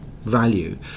value